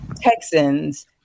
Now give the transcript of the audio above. Texans